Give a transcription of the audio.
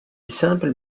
simple